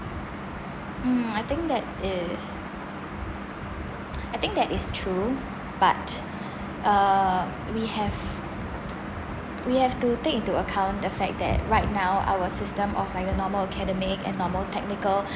mm I think that is I think that is true but uh we have we have to take into account the fact that right now our system of like normal academic and normal technical